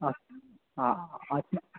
अस् हा अस्